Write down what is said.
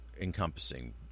encompassing